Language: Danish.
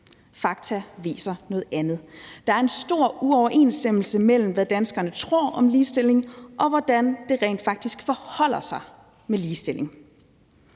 Fakta viser noget andet. Der er en stor uoverensstemmelse mellem, hvad danskerne tror om ligestilling, og hvordan det rent faktisk forholder sig med ligestillingen.